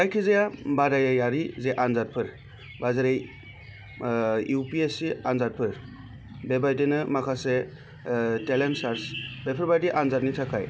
जायखिजाया बादायारि जे आन्जादफोर बा जेरै इउ पि एस सि आन्जादफोर बेबादिनो माखासे टेलेन्ट सार्च बेफोरबादि आन्जादनि थाखाय